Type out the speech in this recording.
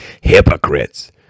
hypocrites